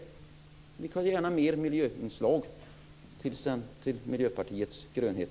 Men vi kan gärna ha mer miljöinslag till Miljöpartiets grönhet.